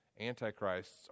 Antichrists